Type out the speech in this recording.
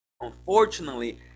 unfortunately